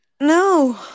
No